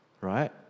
right